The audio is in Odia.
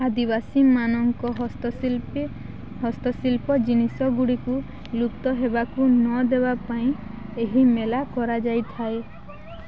ଆଦିବାସୀ ମାନଙ୍କ ହସ୍ତଶିଳ୍ପୀ ହସ୍ତଶିଳ୍ପ ଜିନିଷ ଗୁଡ଼ିକୁ ଲୁପ୍ତ ହେବାକୁ ନ ଦେବା ପାଇଁ ଏହି ମେଳା କରାଯାଇଥାଏ